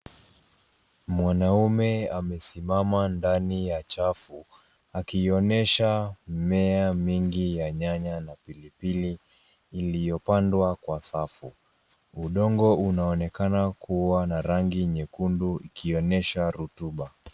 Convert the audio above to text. Mwanaume amesimama ndani ya chafu akionyesha mimea mingi ya nyanya na pilipil iliyopandwa kwa safu. Udongo unaonekana kuwa na rangi nyekundu ikionyesha rutuba.